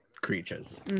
Creatures